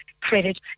credit